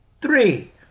Three